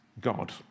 God